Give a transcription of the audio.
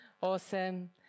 Awesome